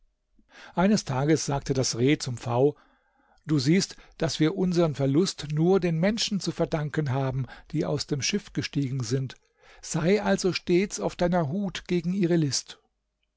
eines tages sagte das reh zum pfau du siehst daß wir unsern verlust nur den menschen zu verdanken haben die aus dem schiff gestiegen sind sei also stets auf deiner hut gegen ihre list